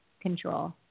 control